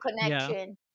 connection